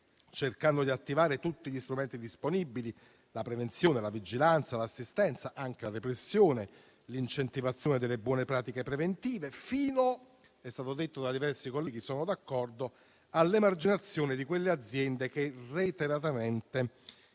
cercando di attivare tutti gli strumenti disponibili: la prevenzione, la vigilanza, l'assistenza, anche la repressione, l'incentivazione delle buone pratiche preventive, fino - come è stato detto da diversi colleghi e io sono d'accordo - all'emarginazione di quelle aziende che reiteratamente